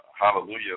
hallelujah